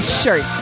sure